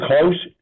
close